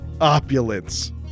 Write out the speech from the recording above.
opulence